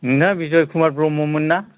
नोंङो बिजय कुमार ब्रह्ममोन ना